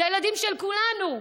אלה הילדים של כולנו.